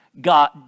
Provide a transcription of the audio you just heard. God